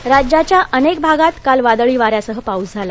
पाऊस राज्याच्या अनेक भागात काल वादळी वाऱ्यासह पाऊस झाला